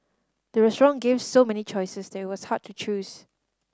the restaurant gave so many choices they was hard to choose